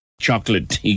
Chocolate